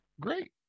great